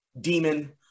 demon